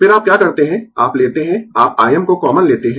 फिर आप क्या करते है आप लेते है आप Im को कॉमन लेते है